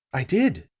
i did,